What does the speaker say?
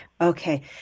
Okay